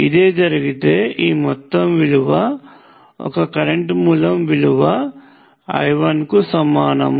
ఇదే జరిగితే ఈ మొత్తం విలువ ఒక కరెంట్ మూలం విలువ I1 కు సమానం